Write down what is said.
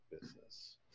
business